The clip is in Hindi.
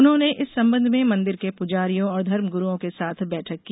उन्होंने इस संबंध में मंदिर के पूजारियों और धर्मगुरूओं के साथ बैठक की